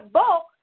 book